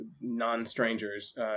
non-strangers